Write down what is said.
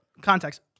context